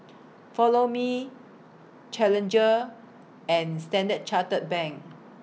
Follow Me Challenger and Standard Chartered Bank